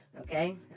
okay